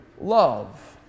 love